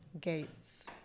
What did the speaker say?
gates